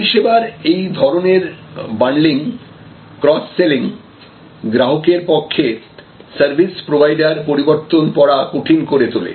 পরিষেবার এই ধরনের বান্ডলিং ক্রস সেলিং গ্রাহকের পক্ষে সার্ভিস প্রোভাইডার পরিবর্তন পড়া কঠিন করে তোলে